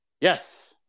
Yes